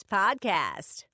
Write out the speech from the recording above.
podcast